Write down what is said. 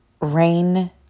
Rain